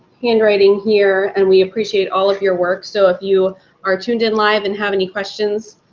handwriting here, and we appreciate all of your work. so if you are tuned in live and have any questions,